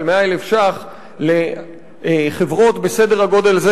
של 100,000 שקלים לחברות בסדר-הגודל הזה,